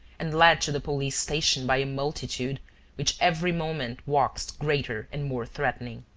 and led to the police-station by a multitude which every moment waxed greater and more threatening.